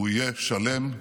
הוא יהיה שלם.